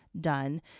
done